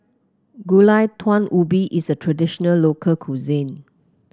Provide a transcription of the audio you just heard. Gulai Daun Ubi is a traditional local cuisine